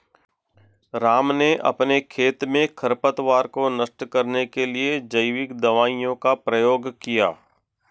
राम ने अपने खेत में खरपतवार को नष्ट करने के लिए जैविक दवाइयों का प्रयोग किया